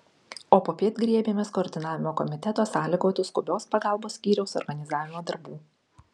o popiet griebėmės koordinavimo komiteto sąlygotų skubios pagalbos skyriaus organizavimo darbų